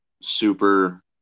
super